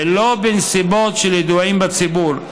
ולא בנסיבות של ידועים בציבור,